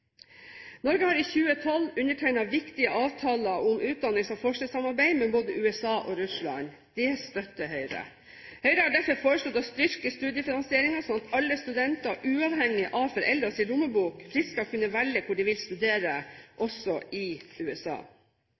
Norge har i 2011 undertegnet viktige avtaler om utdannings- og forskningssamarbeid med både USA og Russland. Det støtter Høyre. Høyre har derfor foreslått å styrke studiefinansieringen, slik at alle studenter, uavhengig av foreldrenes lommebok, fritt skal kunne velge hvor de vil studere, også i USA.